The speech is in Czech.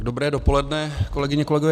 Dobré dopoledne, kolegyně a kolegové.